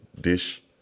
dish